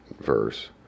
verse